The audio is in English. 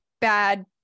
bad